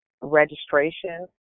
registration